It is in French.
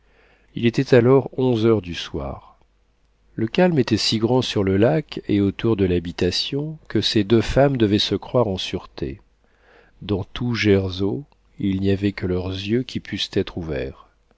il était alors onze heures du soir le calme était si grand sur le lac et autour de l'habitation que ces deux femmes devaient se croire en sûreté dans tout gersau il n'y avait que leurs yeux qui pussent être ouverts